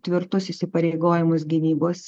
tvirtus įsipareigojimus gynybos